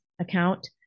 account